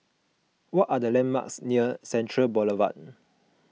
what are the landmarks near Central Boulevard